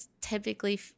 typically